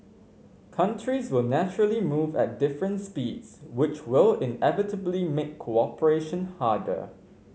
countries will naturally move at different speeds which will inevitably make cooperation harder